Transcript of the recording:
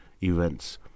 events